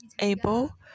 able